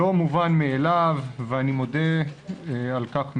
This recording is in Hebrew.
זה לא מובן מאליו, ואני מודה על כך מאוד.